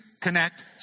connect